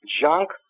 junk